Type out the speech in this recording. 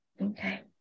Okay